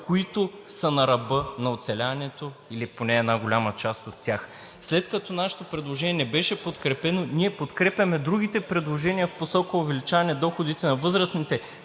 които са на ръба на оцеляването, или поне една голяма част от тях. След като нашето предложение беше подкрепено, ние подкрепяме другите предложения в посока увеличаване доходите на възрастните,